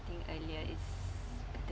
starting earlier is